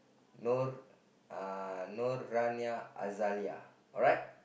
Nur uh Nur Aliah Azalia alright